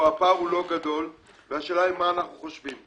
פה הפער הוא לא גדול והשאלה היא מה אנחנו חושבים.